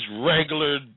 regular